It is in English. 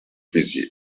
busy